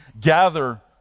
gather